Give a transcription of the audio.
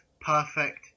perfect